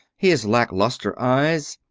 his lack-luster eyes,